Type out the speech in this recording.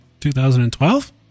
2012